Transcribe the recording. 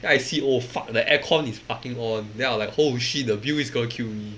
then I see oh fuck the aircon is fucking on then I like [ho] shit the bill is going to kill me